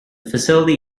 facility